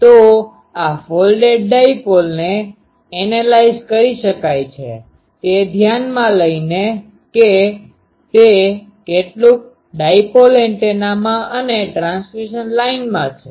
તો આ ફોલ્ડેડ ડાઈપોલને એનાલાઈઝ analyzeવિશ્લેષણ કરી શકાય છે તે ધ્યાનમાં લઈને કે તે કેટલુક ડાઈપોલ એન્ટેનામાં અને ટ્રાન્સમિશન લાઇનમાં છે